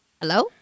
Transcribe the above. hello